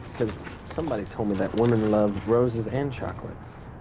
cause somebody told me that women love roses and chocolates.